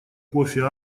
кофи